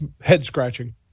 head-scratching